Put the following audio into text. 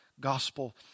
gospel